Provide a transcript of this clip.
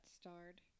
starred